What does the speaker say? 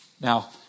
Now